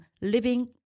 living